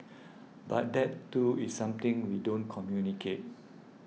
but that too is something we don't communicate